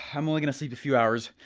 i'm only gonna sleep a few hours.